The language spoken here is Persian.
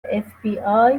fbi